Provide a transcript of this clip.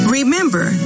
Remember